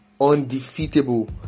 undefeatable